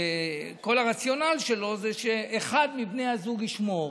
כל הרציונל שלו זה שאחד מבני הזוג ישמור.